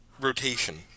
rotation